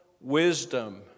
wisdom